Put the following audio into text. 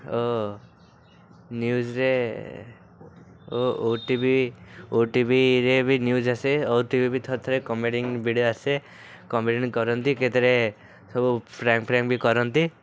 ଓ ନ୍ୟୁଜ୍ରେ ଓ ଓ ଟିଭି ଓଟିଭିରେ ବି ନ୍ୟୁଜ୍ ଆସେ ଓଟିଭି ବି ଥରେଥରେ କମେଡ଼ି ଭିଡ଼ିଓ ଆସେ କମେଡ଼ିଆ୍ କରନ୍ତି କେତେବେଳେ ସବୁ ପ୍ରାଙ୍କ୍ ବି କରନ୍ତି